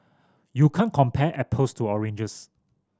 you can't compare apples to oranges